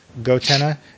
GoTenna